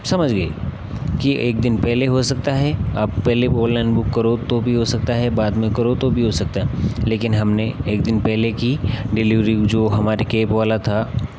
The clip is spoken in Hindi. समझ गए कि एक दिन पहले हो सकता है आप पहले ऑनलाइन बुक करो तो भी हो सकता है बाद में करो तो भी हो सकता है लेकिन हमने एक दिन पहले की डिलीवरी जो हमारे केब वाला था